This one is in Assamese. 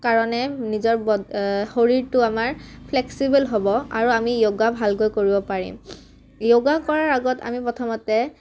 কাৰণে নিজৰ ব শৰীৰটো আমাৰ ফ্লেক্সিবল হ'ব আৰু আমি য়োগা ভালকৈ কৰিব পাৰিম য়োগা কৰাৰ আগত আমি প্ৰথমতে